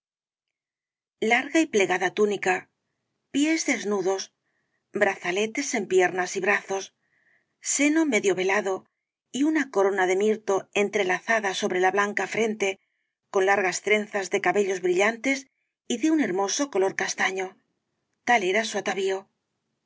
larga y plegada túnica pies desnudos brazaletes en piernas y brazos seno medio velado y una corona de mirto entrelazada sobre la blanca frente con largas trenzas de cabellos brillantes y de un hermoso color castaño tal era su atavío